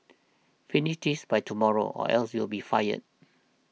finish this by tomorrow or else you'll be fired